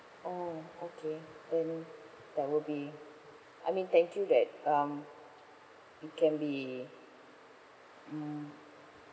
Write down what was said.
oh okay then that will be I mean thank you that um it can be mm